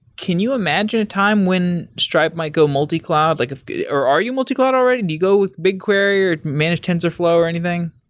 can you imagine a time when stripe might go multi-cloud, like ah or are you multi-cloud already? do you go with bigquery or manage tensorflow or anything?